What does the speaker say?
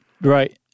right